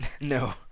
No